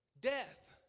death